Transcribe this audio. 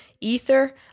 Ether